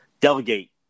delegate